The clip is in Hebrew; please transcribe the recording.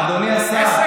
עסק,